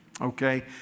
Okay